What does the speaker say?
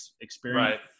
experience